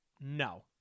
No